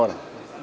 Moram.